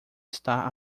está